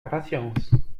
impatience